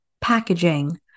packaging